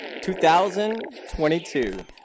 2022